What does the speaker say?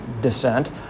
descent